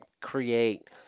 create